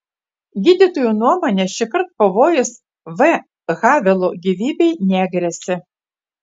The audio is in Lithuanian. gydytojų nuomone šįkart pavojus v havelo gyvybei negresia